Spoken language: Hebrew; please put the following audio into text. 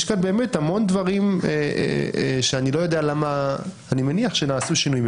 יש כאן באמת המון דברים שאני לא יודע למה אני מניח שנעשו שינויים.